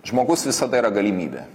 žmogus visada yra galimybė